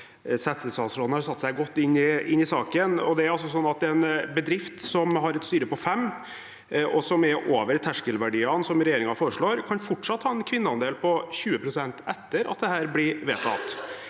settestatsråden har satt seg godt inn i saken. Det er altså sånn at en bedrift som har et styre på fem personer, og som er over terskelverdiene som regjeringen foreslår, fortsatt kan ha en kvinneandel på 20 pst. etter at dette blir vedtatt.